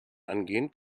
angehen